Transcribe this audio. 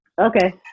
okay